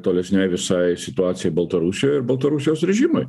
tolesnei visai situacijai baltarusijoj ir baltarusijos režimui